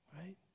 Right